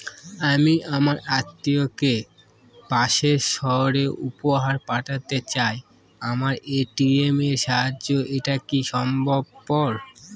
আমি আমার আত্মিয়কে পাশের সহরে উপহার পাঠাতে চাই আমার এ.টি.এম এর সাহায্যে এটাকি সম্ভবপর?